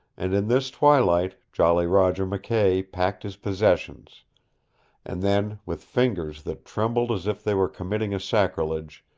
and in this twilight jolly roger mckay packed his possessions and then, with fingers that trembled as if they were committing a sacrilege,